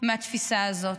מהתפיסה הזו.